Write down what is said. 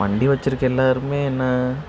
வண்டி வச்சுருக்க எல்லாருமே என்ன